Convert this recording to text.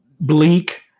bleak